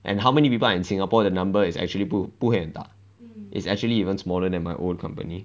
and how many people are in singapore the number is actually 不不会很大 is actually even smaller than my old company